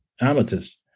Amethyst